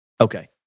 Okay